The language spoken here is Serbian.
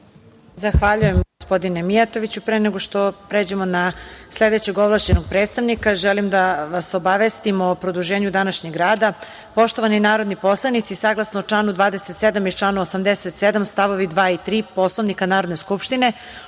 Zahvaljujem gospodine Mijatoviću. Pre nego što pređemo na sledećeg ovlašćenog predstavnika, želim da vas obavestim o produženju današnjeg rada. Poštovani narodni poslanici, saglasno članu 27. i članu 87. stavovi 2. i 3. Poslovnika Narodne skupštine,